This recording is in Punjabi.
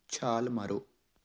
ਛਾਲ ਮਾਰੋ